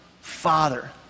Father